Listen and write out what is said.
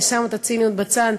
אני שמה את הציניות בצד,